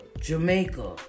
Jamaica